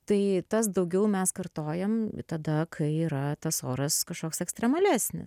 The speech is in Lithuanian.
tai tas daugiau mes kartojam tada kai yra tas oras kažkoks ekstremalesnis